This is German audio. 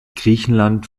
griechenland